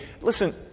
listen